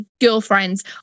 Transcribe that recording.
girlfriends